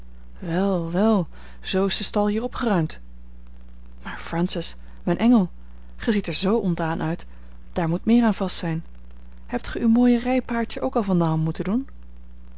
wel wel zoo is de stal hier opgeruimd maar francis mijn engel gij ziet er zoo ontdaan uit daar moet meer aan vast zijn hebt ge uw mooie rijpaardje ook al van de hand moeten doen